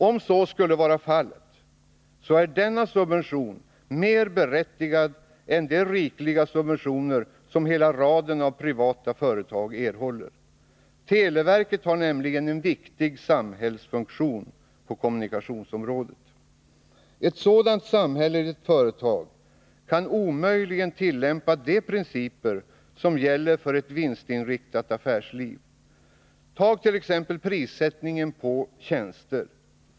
Om så skulle vara fallet, är denna subvention mer berättigad än de rikliga subventioner som hela raden av privata företag erhåller. Televerket har nämligen en viktig samhällsfunktion på kommunikationsområdet. Ett sådant samhälleligt företag kan omöjligen tillämpa de principer som gäller för ett vinstinriktat affärsliv. Tag t.ex. prissättningen på tjänster!